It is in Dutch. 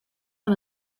van